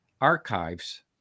archives